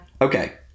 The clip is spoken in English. Okay